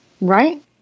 Right